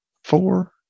Four